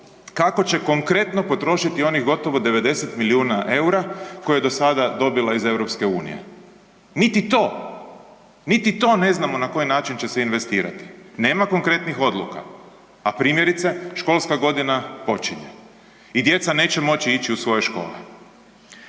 kako će konkretno potrošiti onih gotovo 90 milijuna eura koje je do sada dobila iz EU. Niti to, niti to ne znamo na koji način će se investirati. Nema konkretnih odluka, a primjerice, školska godina počinje i djeca neće moći ići u svoje škole.